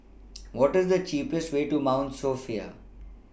What IS The cheapest Way to Mount Sophia